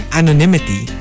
anonymity